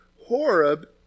Horeb